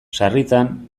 sarritan